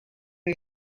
her